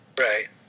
Right